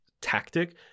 tactic